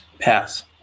Pass